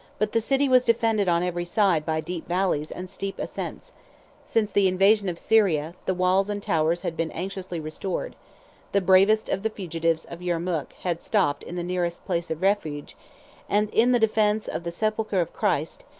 but the city was defended on every side by deep valleys and steep ascents since the invasion of syria, the walls and towers had been anxiously restored the bravest of the fugitives of yermuk had stopped in the nearest place of refuge and in the defence of the sepulchre of christ,